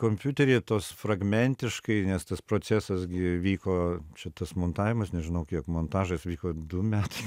kompiuteryje tos fragmentiškai nes tas procesas gi vyko čia tas montavimas nežinau kiek montažas vyko du metai